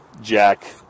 Jack